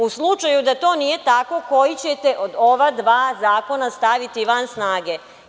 U slučaju da to nije tako koji ćete od ova dva zakona staviti van snage?